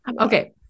Okay